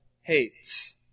hates